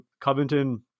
Covington